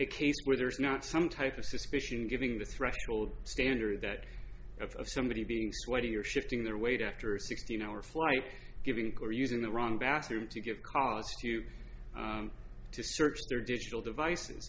a case where there's not some type of suspicion giving the threshold standard that of somebody being sweaty you're shifting their weight after a sixteen hour flight giving gore using the wrong bathroom to give cause to to search their digital devices